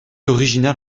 original